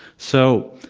so,